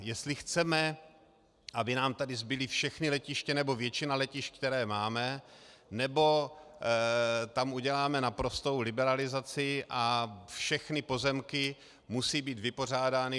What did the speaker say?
Jestli chceme, aby nám tady zbyla všechna letiště nebo většina letišť, která máme, nebo tam uděláme naprostou liberalizaci a všechny pozemky musí být vypořádány.